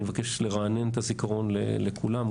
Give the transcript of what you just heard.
אני מבקש לרענן את הזיכרון לכולם,